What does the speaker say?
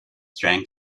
drank